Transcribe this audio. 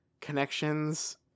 connections